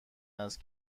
است